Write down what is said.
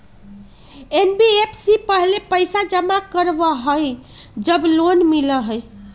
NBFC पहले पईसा जमा करवहई जब लोन मिलहई?